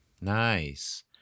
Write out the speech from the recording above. Nice